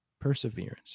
Perseverance